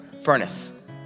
furnace